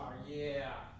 yeah,